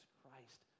Christ